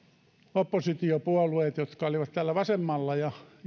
oppositiopuolueet jotka olivat täällä vasemmalla